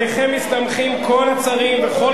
עליכם מסתמכים כל הצרים וכל